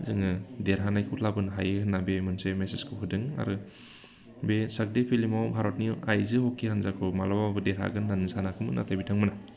जोङो देरहानायखौ लाबोनो हायो होनना बे मोनसे मेसेजखौ होदों आरो बे 'चाक डे' फिल्मआव भारतनि आइजो हकि हानजाखौ माब्लाबाबो देरहानो हागोन होननानै सानाखैमोन नाथाय बिथांमोना